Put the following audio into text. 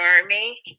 Army